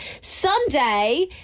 Sunday